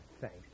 thanks